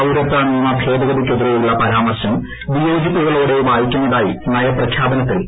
പൌരത്യ നിയമ ഭേദഗതിക്കെതിരെയുള്ള പരാമർശം വിയോജിപ്പുകളോടെ വായിക്കുന്നതായി നയപ്രഖ്യാപനത്തിൽ ഗവർണർ